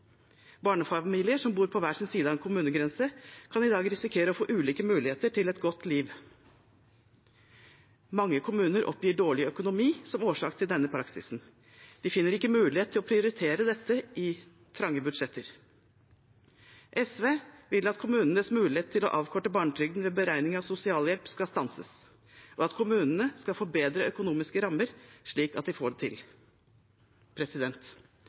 Barnefamilier som bor på hver sin side av en kommunegrense, kan i dag risikere å få ulike muligheter til et godt liv. Mange kommuner oppgir dårlig økonomi som årsak til denne praksisen. De finner ikke mulighet til å prioritere dette i trange budsjetter. SV vil at kommunenes mulighet til å avkorte barnetrygden ved beregning av sosialhjelp skal stanses, og at kommunene skal få bedre økonomiske rammer, slik at de får det til.